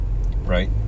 right